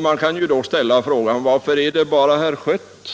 Man kan ställa frågan: Varför är det bara herr Schött